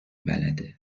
بلده